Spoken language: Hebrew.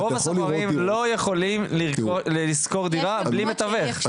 רוב השוכרים לא יכולים לשכור דירה בלי מתווך.